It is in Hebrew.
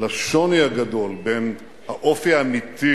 לשוני הגדול בין האופי האמיתי